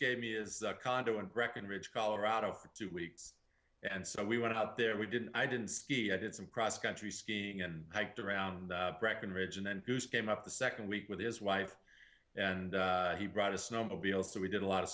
gave me is a condo in breckenridge colorado for two weeks and so we went out there we didn't i didn't ski i did some cross country skiing and i got around breckenridge and then came up the second week with his wife and he brought a snowmobile so we did a lot of